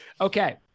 Okay